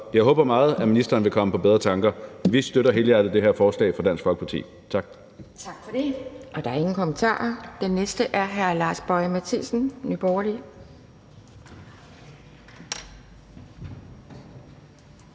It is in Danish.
jeg håber meget, at ministeren vil komme på bedre tanker. Vi støtter helhjertet det her forslag fra Dansk Folkeparti. Tak.